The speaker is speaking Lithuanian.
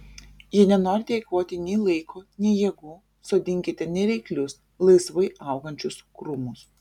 jei nenorite eikvoti nei laiko nei jėgų sodinkite nereiklius laisvai augančius krūmus